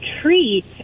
treat